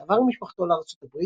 עבר עם משפחתו לארצות הברית.